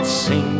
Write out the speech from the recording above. sing